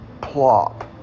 plop